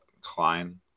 Klein